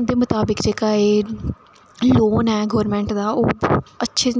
उं'दे मताबक एह् लोन ऐ जेह्का गौरमेंट दा अच्छी